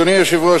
אדוני היושב-ראש,